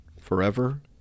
forever